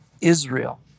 Israel